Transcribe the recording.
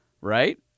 right